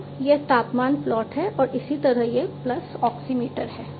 तो यह तापमान प्लॉट है और इसी तरह यह पल्स ऑक्सीमीटर है